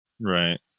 right